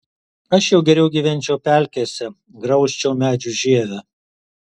aš jau geriau gyvenčiau pelkėse graužčiau medžių žievę